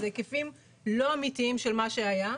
אלה היקפים לא אמיתיים של מה שהיה.